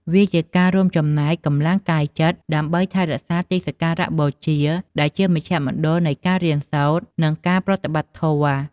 វាជាការរួមចំណែកកម្លាំងកាយចិត្តដើម្បីថែរក្សាទីសក្ការបូជា ដែលជាមជ្ឈមណ្ឌលនៃការរៀនសូត្រ និងការប្រតិបត្តិធម៌។